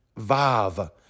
Vav